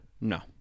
No